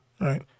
right